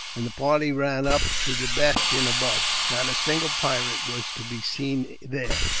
and the party ran up to the bastion above. not a single pirate was to be seen there.